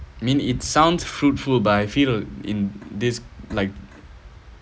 I mean it sounds fruitful but I feel in this like